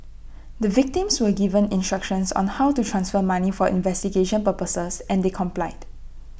the victims were given instructions on how to transfer money for investigation purposes and they complied